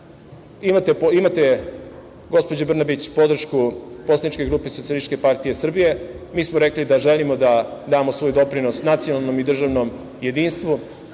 imate, gospođo Brnabić, podršku poslaničke grupe SPS. Mi smo rekli da želimo da damo svoj doprinos nacionalnom i državnom jedinstvu.